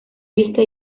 vista